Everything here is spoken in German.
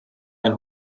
ein